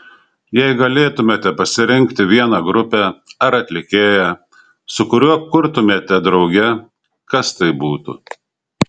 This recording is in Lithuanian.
jei galėtumėte pasirinkti vieną grupę ar atlikėją su kuriuo kurtumėte drauge kas tai būtų